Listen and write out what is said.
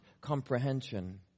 comprehension